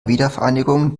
wiedervereinigung